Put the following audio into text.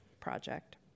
project